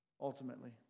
ultimately